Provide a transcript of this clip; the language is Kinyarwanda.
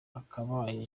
akabaye